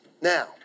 Now